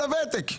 התחשיב של הוותק.